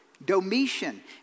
Domitian